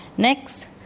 Next